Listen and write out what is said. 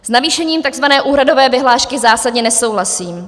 S navýšením takzvané úhradové vyhlášky zásadně nesouhlasím.